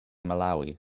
malawi